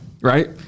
Right